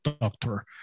doctor